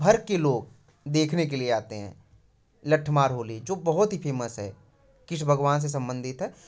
भर के लोग देखने के लिए आते हैं लट्ठमार होली जो बहुत ही फेमस है किस भगवान से संबंधित है